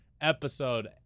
episode